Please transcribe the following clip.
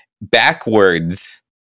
backwards